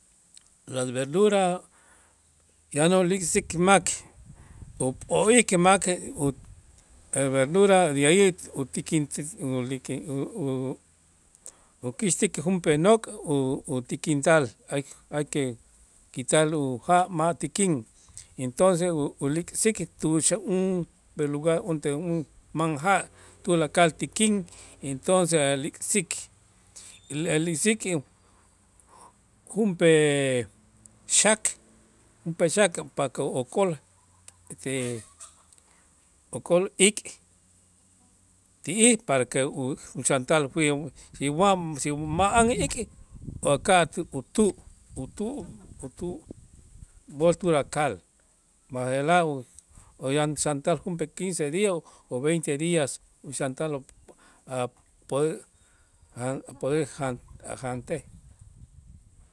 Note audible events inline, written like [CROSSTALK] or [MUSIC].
Las verduras yan ulik'sik mak up'o'ik mak [HESITATION] verdura de alli utikin [UNINTELLIGIBLE] ukäxtik junp'ee nok' u- utikintal hay- hay que quitar uja' ma' tikin, entonces ulik'sik tu'ux [HESITATION] [UNINTELLIGIBLE] un man ja' tulakal tikin, entonces alik'sik [UNINTELLIGIBLE] alik'sik junp'ee xak junp'ee xak pak okol ete okol ik ti'ij para que u- uxantal [UNINTELLIGIBLE] si wa si ma'an ik o ka' tup'ätä' p'ätä' pät'ä' b'ol tulakal, b'aje'laj u- uyan xantal junp'ee quince días o veinte días uxantal [UNINTELLIGIBLE] apodrir jantej.